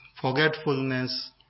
forgetfulness